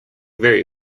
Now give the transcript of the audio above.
very